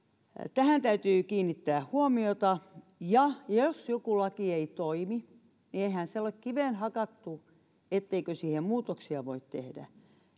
tähän täytyy kiinnittää huomiota ja jos joku laki ei toimi niin eihän se ole kiveen hakattu etteikö siihen muutoksia voi tehdä